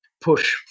push